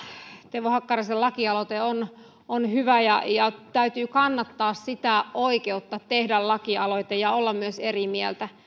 teuvo hakkaraisen lakialoite on on hyvä ja täytyy kannattaa sitä oikeutta tehdä lakialoite ja olla myös eri mieltä